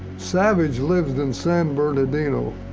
savage lived in san bernardino.